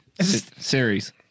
Series